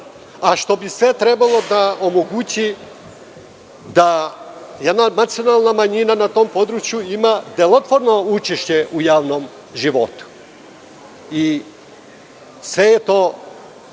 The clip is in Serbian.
a što bi sve trebalo da omogući da jedna nacionalna manjina na tom području ima delotvorno učešće u javnom životu. Sve je to,